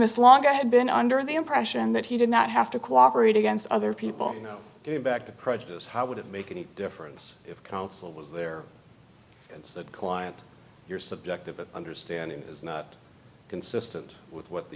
this long i had been under the impression that he did not have to cooperate against other people going back to prejudice how would it make any difference if counsel was their client your subjective understanding is not consistent with what the